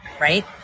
Right